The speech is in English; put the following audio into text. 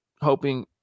hoping